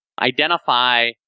identify